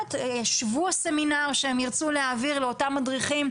שבוע סמינר שהם ירצו להעביר לאותם מדריכים,